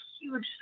huge